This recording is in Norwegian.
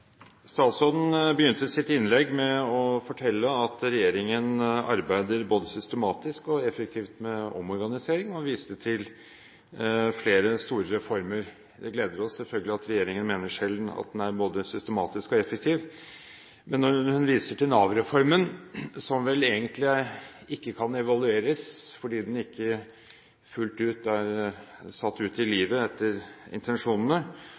effektivt med omorganisering, og hun viste til flere store reformer. Det gleder oss selvfølgelig at regjeringen selv mener at den er både systematisk og effektiv. Men når hun viser til Nav-reformen, som vel egentlig ikke kan evalueres fordi den ikke fullt ut er satt ut i livet etter intensjonene,